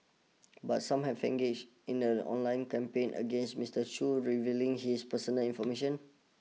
but some have engaged in an online campaign against Mister Chew revealing his personal information